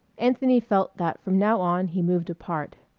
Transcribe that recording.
anthony felt that from now on he moved apart.